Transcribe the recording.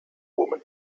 woman